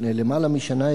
לפני למעלה משנה,